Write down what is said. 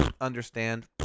understand